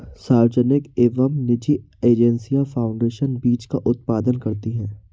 सार्वजनिक एवं निजी एजेंसियां फाउंडेशन बीज का उत्पादन करती है